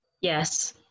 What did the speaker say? Yes